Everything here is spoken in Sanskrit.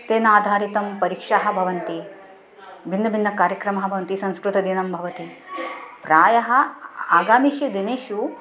तेन आधारितं परीक्षाः भवन्ति भिन्नभिन्न कार्यक्रमाः भवन्ति संस्कृतदिनं भवति प्रायः आगामिषु दिनेषु